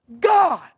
God